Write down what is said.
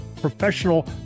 professional